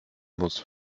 muss